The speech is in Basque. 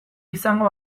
izango